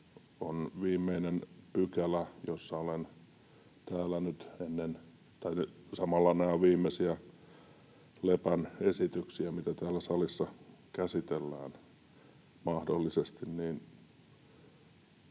on viimeinen pykälä, jossa olen täällä nyt ennen... tai kun samalla nämä ovat viimeisiä Lepän esityksiä, mitä täällä salissa mahdollisesti